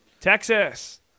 Texas